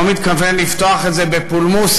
לא מתכוון לפתוח את זה בפולמוס,